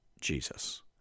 Jesus